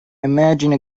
imagine